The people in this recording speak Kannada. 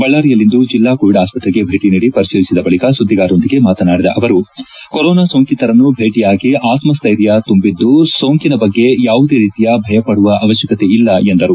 ಬಳ್ಳಾರಿಯಲ್ಲಿಂದು ಜಿಲ್ಲಾ ಕೋವಿಡ್ ಆಸ್ಪತ್ರೆಗೆ ಭೇಟಿ ನೀಡಿ ಪರಿಶೀಲಿಸಿದ ಬಳಿಕ ಸುದ್ದಿಗಾರರೊಂದಿಗೆ ಮಾತನಾಡಿದ ಅವರು ಕೊರೋನಾ ಸೋಂಕಿತರನ್ನು ಭೇಟಿಯಾಗಿ ಆತ್ಮಸ್ವೈರ್ಯ ತುಂಬಿದ್ದು ಸೋಂಕಿನ ಬಗ್ಗೆ ಯಾವುದೇ ರೀತಿಯ ಭಯಪಡುವ ಅವಶ್ಯಕತೆಯಿಲ್ಲ ಎಂದರು